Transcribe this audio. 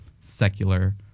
secular